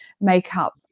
makeup